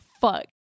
fuck